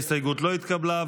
ההסתייגות לא התקבלה.